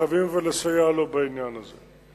אבל אנחנו חייבים לסייע לו בעניין הזה.